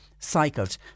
cycled